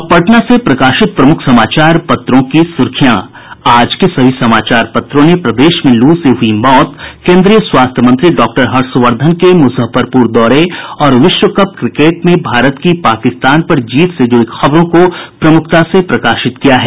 अब पटना से प्रकाशित प्रमुख समाचार पत्रों की सुर्खियां आज के सभी समाचार पत्रों ने प्रदेश में लू से हुयी मौत केन्द्रीय स्वास्थ्य मंत्री डॉक्टर हर्षवर्द्वन के मुजफ्फरपुर दौरे और विश्व कप क्रिकेट में भारत की पाकिस्तान पर जीत से जुड़ी खबरों को प्रमुखता से प्रकाशित किया है